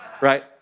right